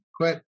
Quit